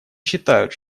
считают